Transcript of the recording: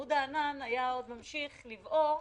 עמוד הענן היה ממשיך לבעור,